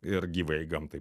ir gyvajai gamtai